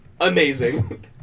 Amazing